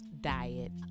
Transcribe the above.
Diet